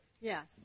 Yes